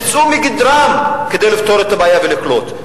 יצאו מגדרם כדי לפתור את הבעיה ולקלוט.